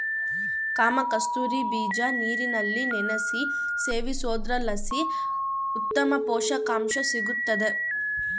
ಕಾಮಕಸ್ತೂರಿ ಬೀಜ ನೀರಿನಲ್ಲಿ ನೆನೆಸಿ ಸೇವಿಸೋದ್ರಲಾಸಿ ಉತ್ತಮ ಪುಷಕಾಂಶ ಸಿಗ್ತಾದ